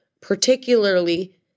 particularly